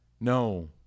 no